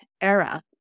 era